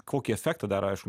kokį efektą dar aišku